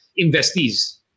investees